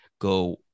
go